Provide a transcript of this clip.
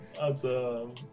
Awesome